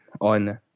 on